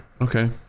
okay